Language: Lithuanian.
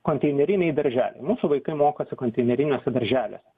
konteineriniai darželiai mūsų vaikai mokosi konteineriuose darželiuose